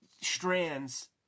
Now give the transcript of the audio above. strands